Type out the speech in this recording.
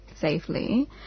safely